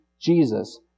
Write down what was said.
Jesus